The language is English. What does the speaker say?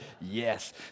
yes